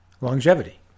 longevity